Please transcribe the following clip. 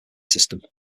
system